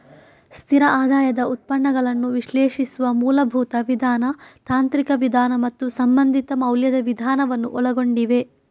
ಸ್ಥಿರ ಆದಾಯದ ಉತ್ಪನ್ನಗಳನ್ನು ವಿಶ್ಲೇಷಿಸುವ ಮೂಲಭೂತ ವಿಧಾನ, ತಾಂತ್ರಿಕ ವಿಧಾನ ಮತ್ತು ಸಂಬಂಧಿತ ಮೌಲ್ಯದ ವಿಧಾನವನ್ನು ಒಳಗೊಂಡಿವೆ